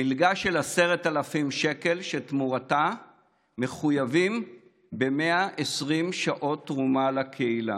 מלגה של 10,000 שקל שתמורתה מחויבים ב-120 שעות תרומה לקהילה.